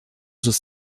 sus